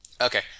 Okay